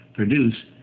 Produce